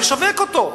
לשווק אותו,